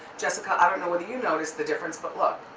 jessica, i don't know whether you notice the difference, but look.